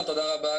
חד-משמעית,